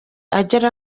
agera